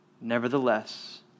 nevertheless